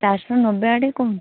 ଚାରିଶହ ନବେ ଆଡ଼େ କହନ୍ତୁ